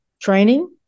training